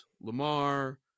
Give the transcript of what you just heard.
Lamar